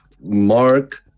Mark